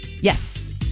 Yes